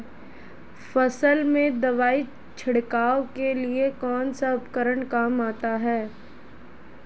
फसल में दवाई छिड़काव के लिए कौनसा उपकरण काम में आता है?